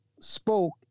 spoke